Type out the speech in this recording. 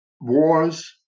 wars